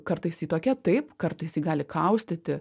kartais ji tokia taip kartais ji gali kaustyti